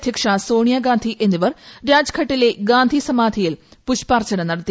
അദ്ധ്യക്ഷ സോണിയ ഗാന്ധി എന്നിവർ രാജ്ഘട്ടിലെ ഗാന്ധി സമാധിയിൽ പൂഷ്പാർച്ചന നടത്തി